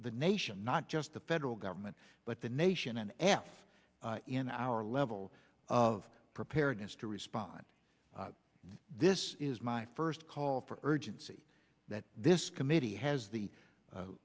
the nation not just the federal government but the nation an f in our level of preparedness to respond this is my first call for urgency that this committee has the